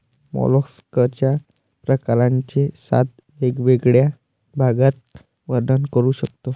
मॉलस्कच्या प्रकारांचे सात वेगवेगळ्या भागात वर्णन करू शकतो